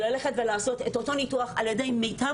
וללכת ולעשות את אותו ניתוח על ידי מיטב